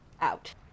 out